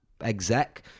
exec